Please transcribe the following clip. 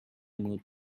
mode